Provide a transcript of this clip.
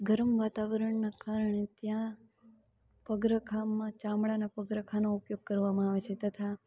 ગરમ વાતાવરણના કારણે ત્યાં પગરખામાં ચામડાનાં પગરખાંનો ઉપયોગ કરવામાં આવે છે તથા